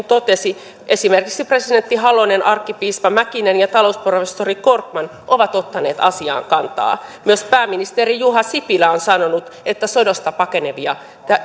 totesi esimerkiksi presidentti halonen arkkipiispa mäkinen ja talousprofessori korkman ovat ottaneet asiaan kantaa myös pääministeri juha sipilä on sanonut että sodasta pakenevia